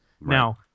Now